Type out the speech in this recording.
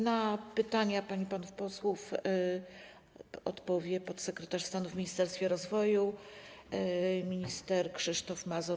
Na pytania pań i panów posłów odpowie podsekretarz stanu w Ministerstwie Rozwoju minister Krzysztof Mazur.